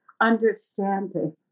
understanding